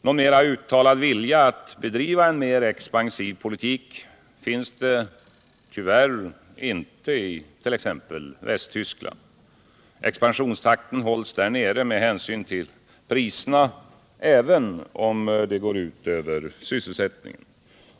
Någon mera uttalad vilja att bedriva en mer expansiv politik finns det som sagt dock tyvärr inte i t.ex. Västtyskland. Expansionstakten hålls där nere med hänsyn till priserna även om det går ut över sysselsättningen.